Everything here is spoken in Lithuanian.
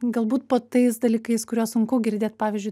galbūt po tais dalykais kuriuos sunku girdėt pavyzdžiui